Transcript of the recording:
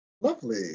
lovely